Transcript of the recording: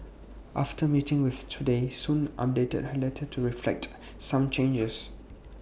after meeting with Today Soon updated her letter to reflect some changes